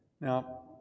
Now